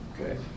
okay